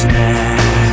now